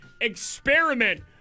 experiment